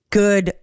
good